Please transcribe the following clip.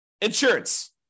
insurance